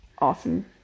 awesome